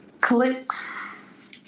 clicks